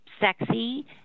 sexy